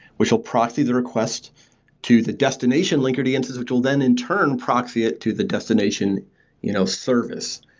which will proxy the request to the destination linkerd instance, which will then in turn proxy it to the destination you know service.